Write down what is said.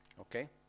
Okay